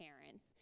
parents